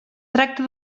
tracta